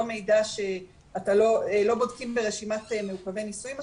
מידע שלא בודקים ברשימת מעוכבי נישואין,